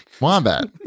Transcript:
Wombat